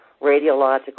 Radiological